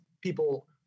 people